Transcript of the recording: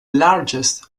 largest